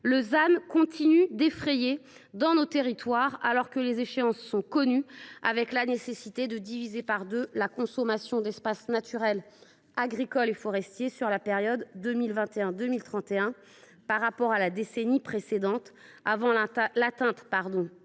le ZAN continue d’effrayer dans nos territoires. Les échéances sont pourtant connues : il va falloir diviser par deux la consommation d’espaces naturels agricoles et forestiers (Enaf) sur la période 2021 2031 par rapport à la décennie précédente, avant l’atteinte